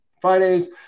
Fridays